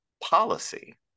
policy